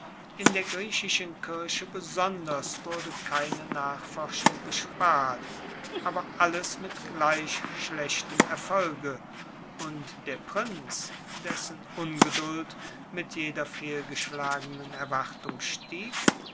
in der griechischen kirche besonders wurde keine nachforschung gespart aber alles mit gleich schlechtem erfolge und der prinz dessen ungeduld mit jeder fehlgeschlagenen erwartung stieg